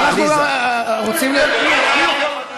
אי-אפשר, רוצים, הייתה אי-הבנה.